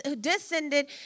descended